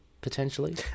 potentially